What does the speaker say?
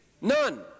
None